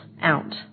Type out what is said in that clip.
out